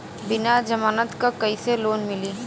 बिना जमानत क कइसे लोन मिली?